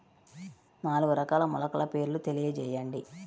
నాలుగు రకాల మొలకల పేర్లు తెలియజేయండి?